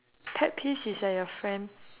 pet peeves is like your friend